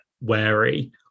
wary